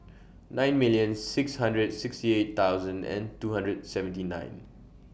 nine million six hundred sixty eight thousand and two hundred seventy nine